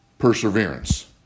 perseverance